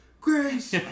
grace